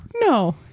no